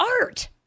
art